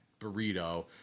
burrito